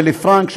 ולפרנק,